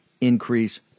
increase